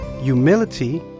humility